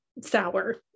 sour